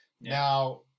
now